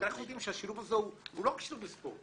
כי אנחנו יודעים שהשילוב הזה הוא לא קשור לספורט.